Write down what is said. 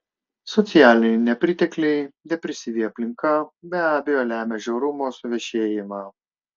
socialiniai nepritekliai depresyvi aplinka be abejo lemia žiaurumo suvešėjimą